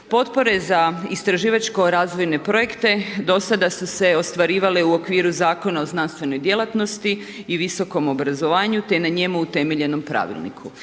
Potpore za istraživačko razvojne projekte do sada su se ostvarivale u okviru Zakona o znanstvenoj djelatnosti i visokom obrazovanju, te na njemu utemeljenom pravilniku.